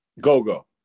Go-go